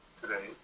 Today